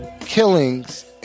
killings